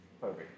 perfect